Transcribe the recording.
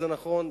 זה נכון,